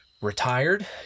retired